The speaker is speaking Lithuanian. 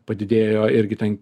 padidėjo irgi ten